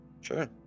sure